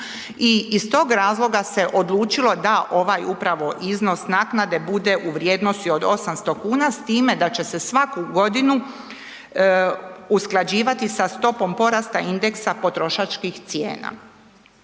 iz tog razloga se odlučilo da ovaj upravo iznos naknade bude u vrijednosti od 800,00 kn s time da će se svaku godinu usklađivati sa stopom porasta indeksa potrošačkih cijena.